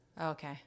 Okay